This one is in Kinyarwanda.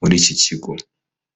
muri iki kigo.